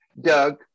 Doug